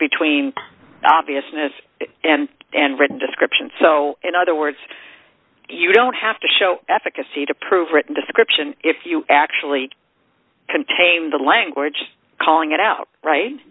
between obviousness and and written description so in other words you don't have to show efficacy to prove written description if you actually contain the language calling